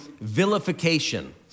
vilification